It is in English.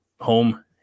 home